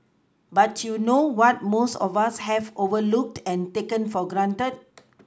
but you know what most of us have overlooked and taken for granted